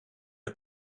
mij